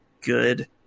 good